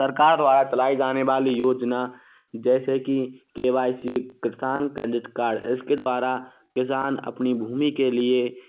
सरकार द्वारा चलाई जाने वाली योजना जैसे कि के वाई सी किसान क्रेडिट कार्ड इसके द्वारा किसान अपनी भूमि के लिए